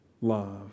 love